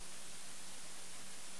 כך,